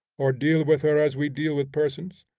or deal with her as we deal with persons.